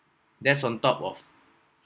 that's on top of